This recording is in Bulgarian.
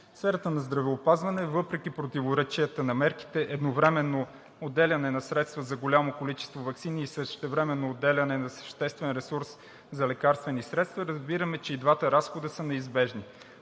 сферата на здравеопазването, въпреки противоречията на мерките, едновременно отделяне на средства за голямо количество ваксини и същевременно отделяне на съществен ресурс за лекарствени средства, разбираме, че и двата разхода са неизбежни.